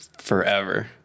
forever